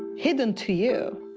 hidden to you,